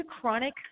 chronic